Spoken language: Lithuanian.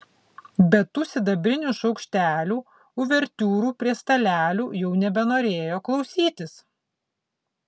bet tų sidabrinių šaukštelių uvertiūrų prie stalelių jau nebenorėjo klausytis